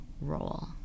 role